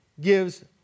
gives